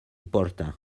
porta